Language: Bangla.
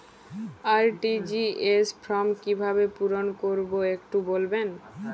আর.টি.জি.এস ফর্ম কিভাবে পূরণ করবো একটু বলবেন?